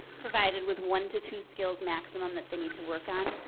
provided with one to two skills maximum that they need to work on.